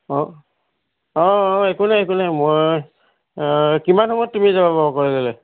অঁ অঁ অঁ একো নাই একো নাই মই কিমান সময়ত তুমি যাব বাৰু কলেজলৈ